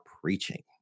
preaching